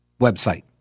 website